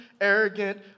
arrogant